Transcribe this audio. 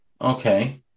Okay